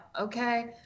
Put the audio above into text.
okay